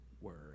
word